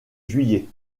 juillet